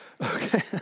Okay